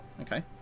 okay